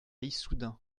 issoudun